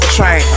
Train